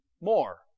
more